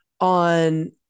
on